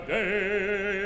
day